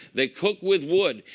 they cook with wood.